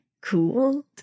cool